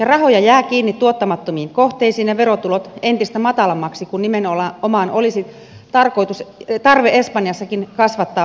rahoja jää kiinni tuottamattomiin kohteisiin ja verotulot jäävät entistä matalammiksi kun nimenomaan olisi tarve espanjassakin kasvattaa verotulopohjaa